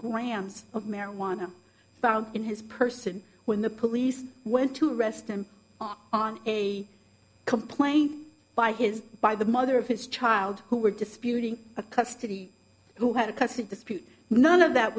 grams of marijuana found in his person when the police went to arrest him on a complaint by his by the mother of his child who were disputing a custody who had a custody dispute none of that